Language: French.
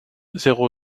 zéro